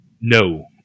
No